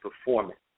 performance